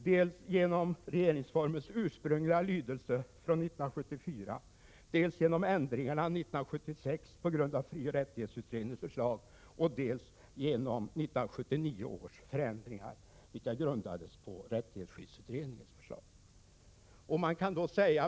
Det gäller dels regeringsformens ursprungliga lydelse 1974, dels ändringarna 1976 på grund av frioch rättighetsutredningens förslag, dels 1979 års förändringar, vilka grundades på rättsskyddsutredningens förslag.